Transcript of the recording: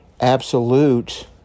absolute